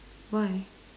why